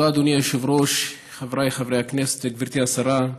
אדוני היושב-ראש, חבריי חברי הכנסת, גברתי השרה,